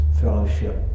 Fellowship